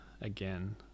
again